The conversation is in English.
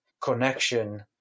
connection